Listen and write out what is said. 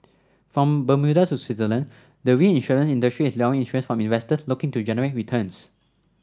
from Bermuda to Switzerland the reinsurance industry is luring interest from investors looking to generate returns